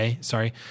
Sorry